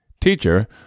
Teacher